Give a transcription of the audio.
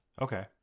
Okay